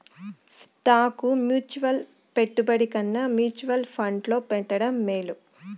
stock mutual పెట్టుబడి కన్నా mutual ఫండ్లో పెట్టడం మేలు